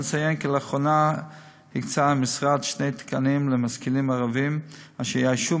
נציין כי לאחרונה הקצה המשרד שני תקנים למשכילים ערבים אשר יאיישו